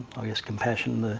i guess, compassion,